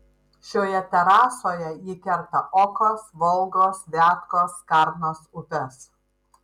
šioje terasoje ji kerta okos volgos viatkos karnos upes